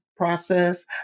process